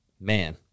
Man